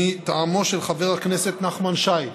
מטעמו של חבר הכנסת נחמן שי.